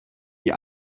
die